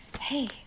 Hey